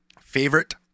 favorite